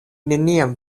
neniam